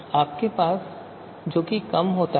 आपसे कम होने जा रहा है